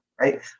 right